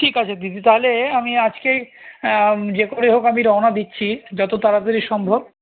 ঠিক আছে দিদি তাহলে আমি আজকে যে করে হোক আমি রওনা দিচ্ছি যত তাড়াতাড়ি সম্ভব